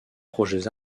projets